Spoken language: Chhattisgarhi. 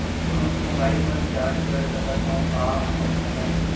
कोनो भी मोबाइल मा रिचार्ज कर सकथव का अपन खाता ले?